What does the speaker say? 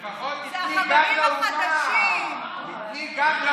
וכיבדתי אתכם,